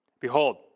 Behold